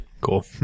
Cool